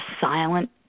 silent